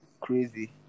crazy